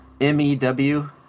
M-E-W